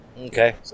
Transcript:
Okay